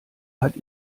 hat